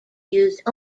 used